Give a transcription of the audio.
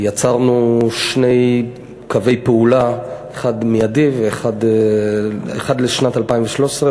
שני קווי פעולה: אחד מיידי לשנת 2013,